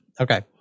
Okay